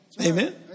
Amen